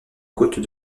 côte